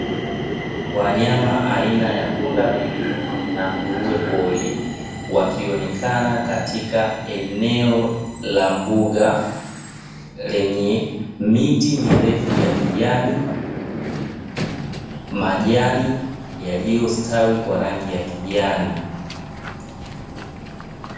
Wanyama aina ya pundamilia na nguruwe pori, wakionekana katika eneo la mbuga lenye miti mirefu ya kijani, majani yaliyostawi kwa rangi ya kijani.